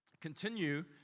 continue